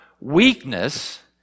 weakness